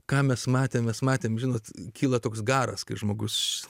ką mes matėme matėme žinot kyla toks garas kai žmogus